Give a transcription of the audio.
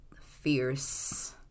fierce